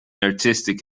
artistic